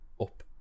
up